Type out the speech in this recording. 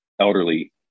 elderly